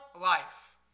life